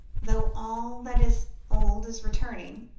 though all that is old is returning.